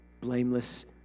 blameless